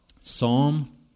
Psalm